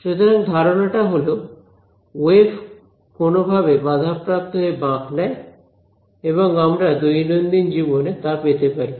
সুতরাং ধারণাটা হল ওয়েভ কোনভাবে বাধাপ্রাপ্ত হয়ে বাঁক নেয় এবং আমরা দৈনন্দিন জীবনে তা পেতে পারি